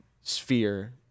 sphere